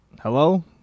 Hello